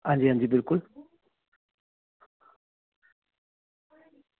हां जी हां जी बिलकुल